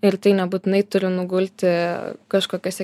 ir tai nebūtinai turi nugulti kažkokiuose